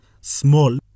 small